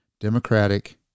democratic